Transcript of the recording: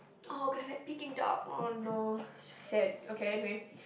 oh can have like Peking duck oh no it's just sad okay anyway